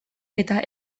eta